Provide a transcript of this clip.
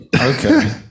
okay